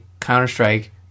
Counter-Strike